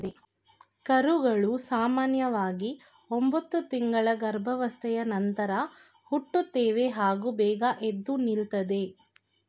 ಕರುಗಳು ಸಾಮನ್ಯವಾಗಿ ಒಂಬತ್ತು ತಿಂಗಳ ಗರ್ಭಾವಸ್ಥೆಯ ನಂತರ ಹುಟ್ಟುತ್ತವೆ ಹಾಗೂ ಬೇಗ ಎದ್ದು ನಿಲ್ತದೆ